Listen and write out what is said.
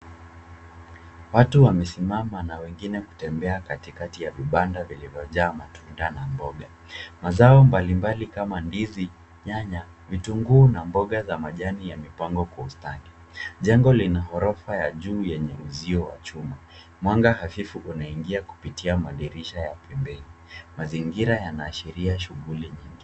Watu wamesimama na wengine kutembea katikati ya vibanda vilivyojaa matunda na mboga. Mazao mbalimbali kama ndizi, nyanya, vitunguu na mboga za majani yamepangwa kwa ustadi. Jengo lina ghorofa ya juu yenye uzio wa chuma. Mwanga hafifu unaingia kupitia madirisha ya pembeni. Mazingira yanaashiria shughuli nyingi.